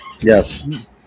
Yes